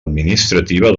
administrativa